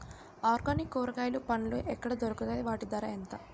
Organic కూరగాయలు పండ్లు ఎక్కడ దొరుకుతాయి? వాటి ధర ఎంత?